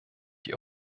die